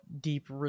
deep